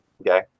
Okay